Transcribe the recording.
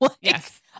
Yes